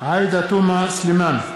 עאידה תומא סלימאן,